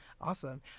Awesome